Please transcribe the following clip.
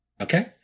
Okay